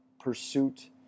pursuit